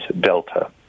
DELTA